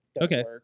okay